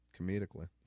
comedically